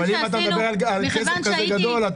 אבל אם אתה מדבר על כסף כזה גדול אתה